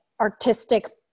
artistic